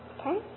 Okay